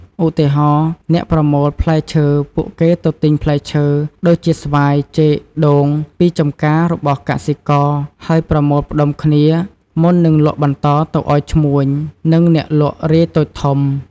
ឧទាហរណ៍៖ អ្នកប្រមូលផ្លែឈើពួកគេទៅទិញផ្លែឈើ ដូចជាស្វាយ ចេក ដូង... ពីចម្ការរបស់កសិករ ហើយប្រមូលផ្ដុំគ្នាមុននឹងលក់បន្តទៅឱ្យឈ្មួញ និងអ្នកលក់រាយតូចធំ។